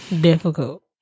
difficult